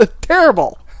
terrible